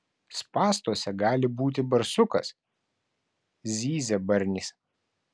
spąstuose gali būti barsukas zyzia barnis